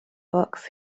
books